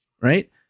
right